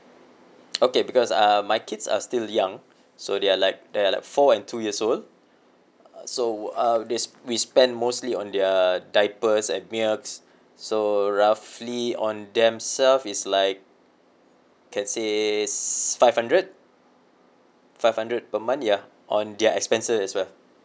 okay because uh my kids are still young so they are like they are like four and two years old so uh they sp~ we spend mostly on their diapers and milks so roughly on themself is like can says si~ five hundred five hundred per month ya on their expenses as well